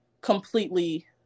completely